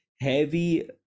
Heavy